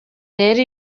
rero